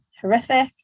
horrific